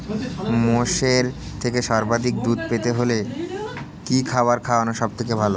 মোষের থেকে সর্বাধিক দুধ পেতে হলে কি খাবার খাওয়ানো সবথেকে ভালো?